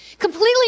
completely